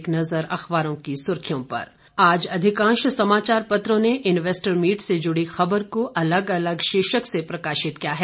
एक नजर अखबारों की सुर्खियों पर आज अधिकांश समाचार पत्रों ने इन्वेस्टर मीट से जुड़ी खबर को अलग अलग शीर्षक से प्रकाशित किया है